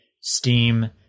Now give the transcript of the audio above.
steam